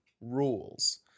rules